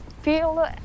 feel